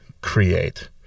create